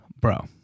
bro